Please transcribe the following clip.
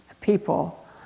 people